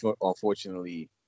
unfortunately